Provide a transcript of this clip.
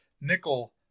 nickel